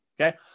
okay